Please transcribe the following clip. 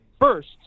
First